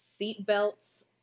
seatbelts